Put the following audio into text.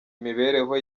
imibereho